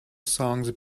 songs